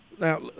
now